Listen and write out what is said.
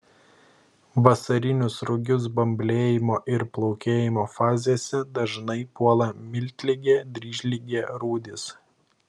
vasarinius rugius bamblėjimo ir plaukėjimo fazėse dažnai puola miltligė dryžligė rūdys